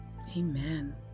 Amen